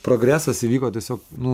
progresas įvyko tiesiog nu